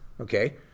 okay